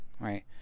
right